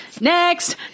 Next